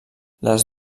les